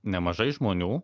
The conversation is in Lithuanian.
nemažai žmonių